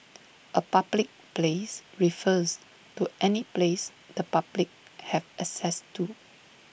A public place refers to any place the public have access to